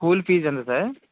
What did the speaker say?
school fees ఎంత sir